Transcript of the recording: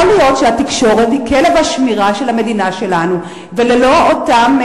יכול להיות שהתקשורת היא כלב השמירה של המדינה שלנו וללא אותם